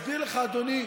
אסביר לך, אדוני,